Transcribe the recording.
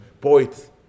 poets